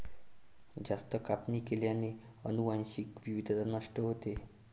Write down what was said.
जास्त कापणी केल्याने अनुवांशिक विविधता नष्ट होते